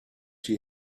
she